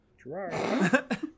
Gerard